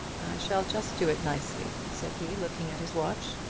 shall just do it nicely, said he, looking at his watch.